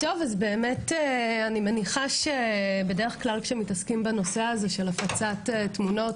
אז באמת אני מניחה שבדרך כלל כשמתעסקים בנושא הזה של הפצת תמונות,